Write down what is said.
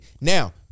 Now